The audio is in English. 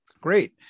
Great